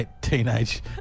teenage